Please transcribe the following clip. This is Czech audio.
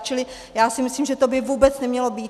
Čili si myslím, že to by vůbec nemělo být.